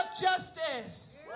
justice